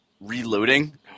reloading